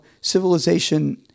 civilization